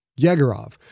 Yegorov